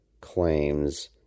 claims